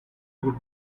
good